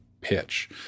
pitch